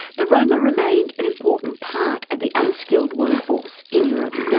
the roma remained an important part of the unskilled work force in europe.